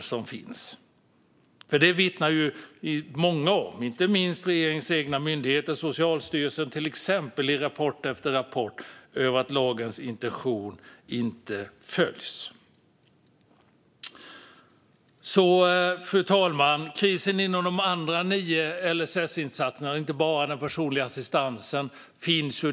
Något många vittnar om, inte minst regeringens egna myndigheter, till exempel Socialstyrelsen i rapport efter rapport, är ju att lagens intentioner inte följs. Fru talman! Krisen märks också dagligen inom de andra nio LSS-insatserna, inte bara den personliga assistansen.